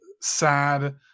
sad